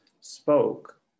spoke